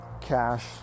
cash